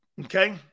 Okay